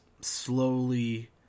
slowly